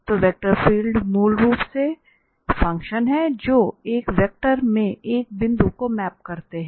तो vector field मूल रूप से फंक्शन है जो एक वेक्टर में एक बिंदु को मैप करते हैं